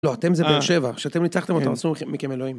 לא, אתם זה באר שבע, שאתם ניצחתם אותם עשו ממכם אלוהים.